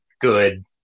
good